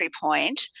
point